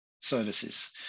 services